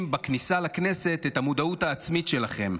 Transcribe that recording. בכניסה לכנסת את המודעות העצמית שלכם.